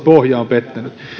pohja on pettänyt